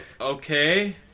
okay